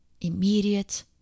Immediate